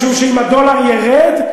משום שאם הדולר ירד,